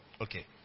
Okay